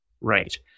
Right